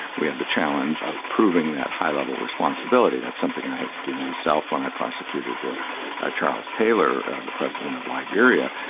we have the challenge of proving that high level responsibility. that's something i had to do myself when i prosecuted ah charles taylor, the president of liberia,